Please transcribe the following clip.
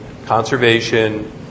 Conservation